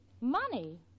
Money